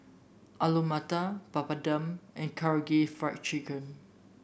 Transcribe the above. Alu Matar Papadum and Karaage Fried Chicken